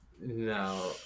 No